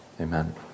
Amen